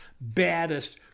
baddest